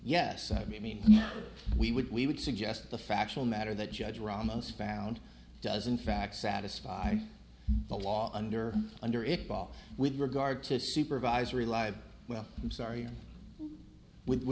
yes i mean we would we would suggest the factual matter that judge ramos found does in fact satisfy the law under under it ball with regard to supervisory live well i'm sorry with